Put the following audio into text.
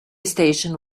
station